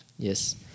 Yes